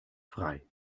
frei